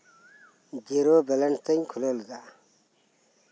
zero balance ᱛᱤᱧ ᱠᱷᱩᱞᱟᱹᱣ ᱞᱮᱫᱟ